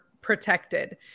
protected